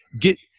get